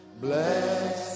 bless